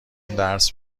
درس